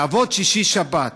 לעבוד שישי-שבת,